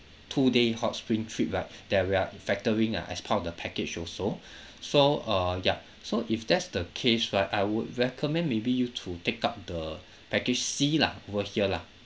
two day hot spring trip right that we are factoring ah as part of the package also so uh ya so if that's the case right I would recommend maybe you to take up the package C lah over here lah